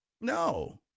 No